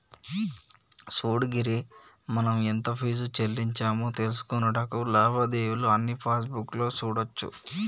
సూడు గిరి మనం ఎంత ఫీజు సెల్లించామో తెలుసుకొనుటకు లావాదేవీలు అన్నీ పాస్బుక్ లో సూడోచ్చు